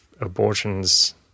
abortions